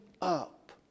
up